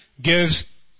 gives